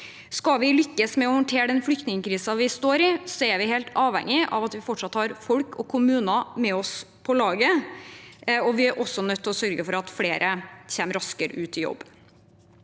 Skal vi lykkes med å håndtere den flyktningkrisen vi står i, er vi helt avhengige av at vi fortsatt har folk og kommuner med oss på laget, og vi er også nødt til å sørge for at flere kommer raskere ut i jobb.